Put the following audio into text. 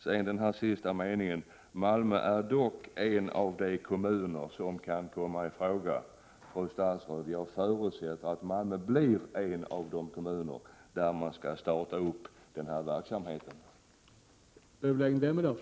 Allra sist i sitt svar säger statsrådet: ”Malmö är dock en av de kommuner som kan komma i fråga.” Jag förutsätter att Malmö blir en av de kommuner där sådan försöksverksamhet startas.